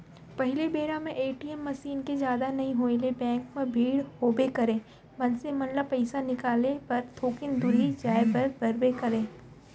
पहिली बेरा म ए.टी.एम मसीन के जादा नइ होय ले बेंक म भीड़ होबे करय, मनसे मन ल पइसा निकाले बर थोकिन दुरिहा जाय बर पड़बे करय